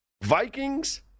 Vikings